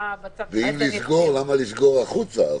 ואם לסגור, אז למה לסגור החוצה?